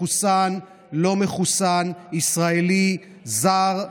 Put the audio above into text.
מחוסן, לא מחוסן, ישראלי, זר,